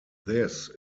this